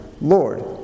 Lord